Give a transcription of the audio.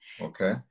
Okay